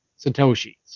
satoshis